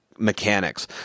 Mechanics